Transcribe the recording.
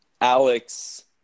Alex